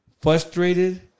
frustrated